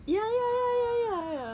ya ya ya ya ya ya ya